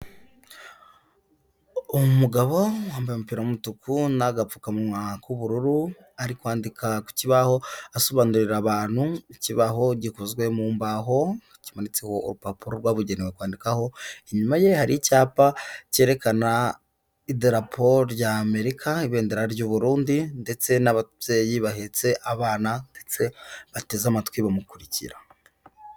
Umugabo wambaye umpira w'umutuku n'agapfukawa k'ubururu, ari kwandika ku kibaho asobanurira abantu ikibaho gikozwe mu mbaho urupapuro rwabugenewe kwandikaho, inyuma ye hari icyapa cyerekana ideraporo rya Amerika, ibendera ry'u Burundi ndetse n'ababyeyi bahetse abana ndetse bateze amatwi bamukurikira.